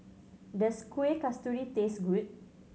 does Kuih Kasturi taste good